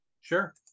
Sure